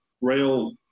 rail